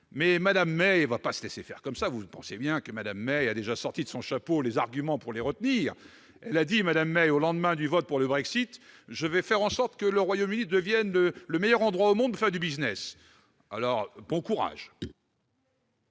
Mais Mme May ne va pas se laisser faire : vous pensez bien qu'elle a déjà sorti de son chapeau les arguments nécessaires pour les retenir. Elle avait déclaré, au lendemain du vote pour le Brexit :« Je vais faire en sorte que le Royaume-Uni devienne le meilleur endroit au monde pour faire du .» Alors, bon courage